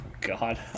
God